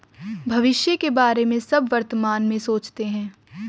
भविष्य के बारे में सब वर्तमान में सोचते हैं